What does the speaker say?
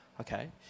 okay